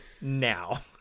now